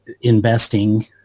investing